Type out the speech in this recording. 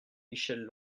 michel